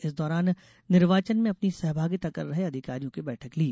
इस दौरान निर्वाचन में अपनी सहभागिता कर रहे अधिकारियों की बैठक ली